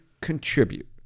contribute